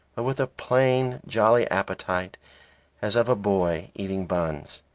but with a plain, jolly appetite as of a boy eating buns.